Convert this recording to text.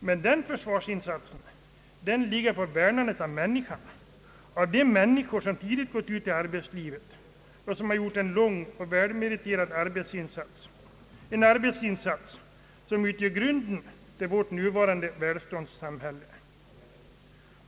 Men den försvarsinsatsen gäller värnandet av människan, framför allt de människor som tidigt gått ut i arbetslivet och som har gjort en lång och välmeriterad arbetsinsats, vilken utgör grunden för vårt nuvarande välståndssamhälle.